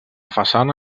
façana